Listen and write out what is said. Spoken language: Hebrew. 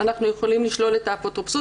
אנחנו יכולים לשלול את האפוטרופסות.